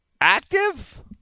Active